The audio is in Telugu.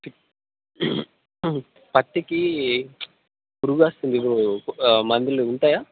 పి పత్తికి పురుగు వస్తుంది బ్రో మందులు ఉంటాయా